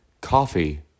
Coffee